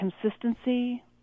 consistency